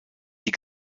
die